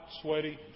sweaty